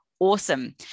awesome